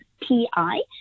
P-I